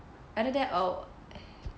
either that or